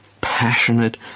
passionate